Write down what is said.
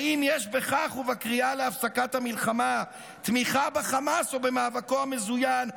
האם יש בכך ובקריאה להפסקת המלחמה תמיכה בחמאס או במאבקו המזוין,